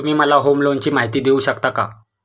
तुम्ही मला होम लोनची माहिती देऊ शकता का?